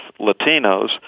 Latinos